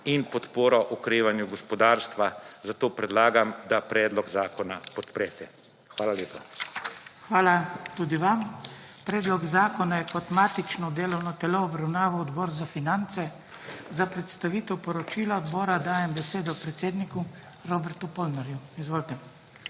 in podporo okrevanju gospodarstva. Zato predlagam, da predlog zakona podprete. Hvala lepa. **PODPREDSEDNIK BRANKO SIMONOVIČ:** Hvala tudi vam. Predlog zakona je kot matično delovno telo obravnaval Odbor za finance. Za predstavitev poročila odbora dajem besedo predsedniku Robertu Polnarju. Izvolite.